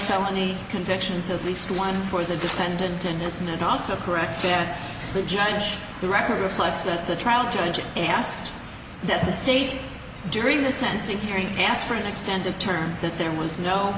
felony convictions at least one for the defendant innocent and also correct the judge the record reflects that the trial judge asked that the state during the sentencing hearing ask for an extended term that there was no